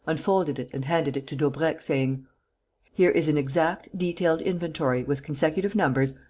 unfolded it and handed it to daubrecq, saying here is an exact, detailed inventory, with consecutive numbers,